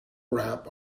rap